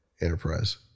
enterprise